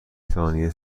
ثانیه